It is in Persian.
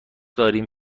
داریم